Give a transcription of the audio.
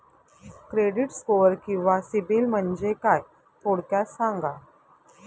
Credit score किंवा CIBIL म्हणजे काय? थोडक्यात सांगा